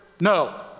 no